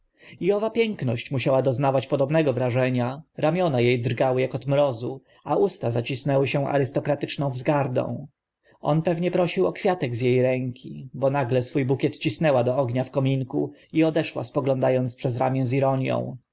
owa piękność musiała doznawać podobnego wrażenia ramiona e drgały ak od mrozu a usta zacisnęły się arystokratyczną wzgardą on pewnie prosił o kwiatek z e ręki bo nagle swó bukiet cisnęła do ognia w kominku i odeszła spogląda ąc przez ramię z ironią